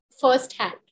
firsthand